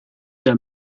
der